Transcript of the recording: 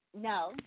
No